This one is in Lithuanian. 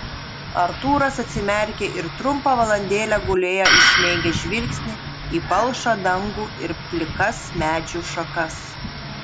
artūras atsimerkė ir trumpą valandėlę gulėjo įsmeigęs žvilgsnį į palšą dangų ir plikas medžių šakas